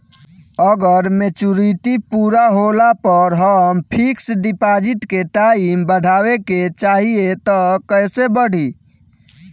अगर मेचूरिटि पूरा होला पर हम फिक्स डिपॉज़िट के टाइम बढ़ावे के चाहिए त कैसे बढ़ी?